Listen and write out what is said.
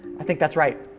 i think that's right.